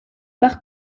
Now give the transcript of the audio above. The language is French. par